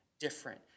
different